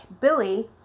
Billy